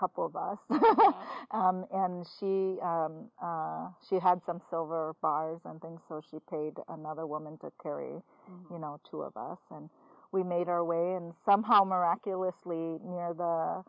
couple of us and she she had some silver bars and things so she paid another woman to carry you know two of us and we made our way and somehow miraculously near the